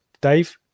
Dave